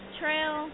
Trail